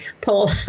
poll